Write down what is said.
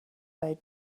they